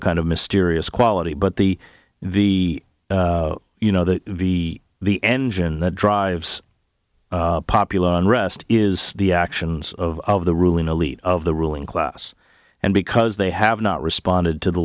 a kind of mysterious quality but the the you know the the the engine that drives popular unrest is the actions of the ruling elite of the ruling class and because they have not responded to the